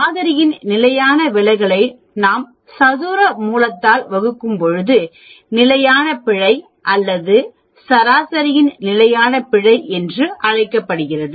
மாதிரியின் நிலையான விலகலை நாம் சதுர மூலத்தால் வகுக்கும் பொழுது நிலையான பிழை அல்லது சராசரியின் நிலையான பிழை என்று அழைக்கப்படுகிறது